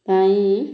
ପାଇଁ